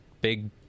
big